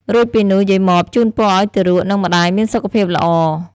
រួចពីនោះ យាយម៉បជូនពរឱ្យទារក និងម្ដាយមានសុខភាពល្អ។